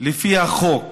לפי החוק,